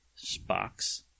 Spock's